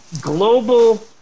global